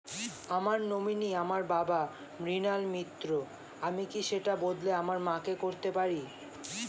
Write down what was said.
আমার নমিনি আমার বাবা, মৃণাল মিত্র, আমি কি সেটা বদলে আমার মা কে করতে পারি?